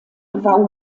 war